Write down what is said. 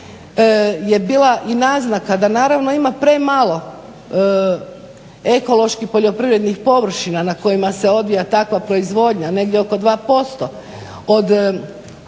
je bila i naznaka da naravno ima premalo ekološki poljoprivrednih površina na kojima se odvija takva proizvodnja, negdje oko 2% od